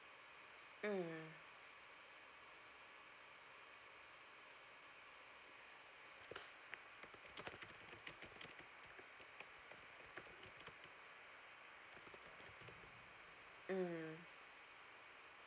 mm mm